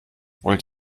wollt